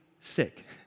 sick